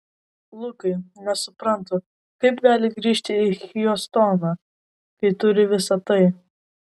lukai nesuprantu kaip gali grįžti į hjustoną kai turi visa tai